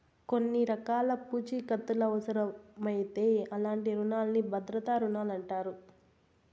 కొన్ని రకాల పూఛీకత్తులవుసరమవుతే అలాంటి రునాల్ని భద్రతా రుణాలంటారు